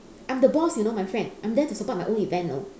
I'm the boss you know my friend I'm there to support my own event you know